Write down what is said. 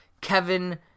Kevin